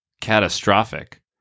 catastrophic